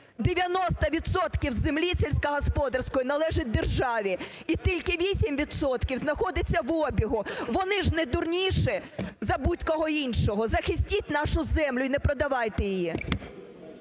землі сільськогосподарської належить державі, і тільки 8 відсотків знаходиться в обігу. Вони ж не дурніші за будь-кого іншого. Захистіть нашу землю і не продавайте її.